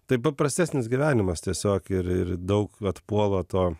tai paprastesnis gyvenimas tiesiog ir ir daug atpuola to